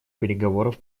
переговоров